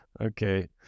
Okay